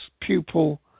pupil